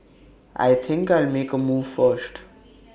I think I'll make A move first